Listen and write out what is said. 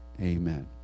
Amen